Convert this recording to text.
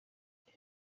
reba